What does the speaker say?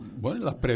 Bueno